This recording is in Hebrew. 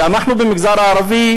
כשאנחנו במגזר הערבי,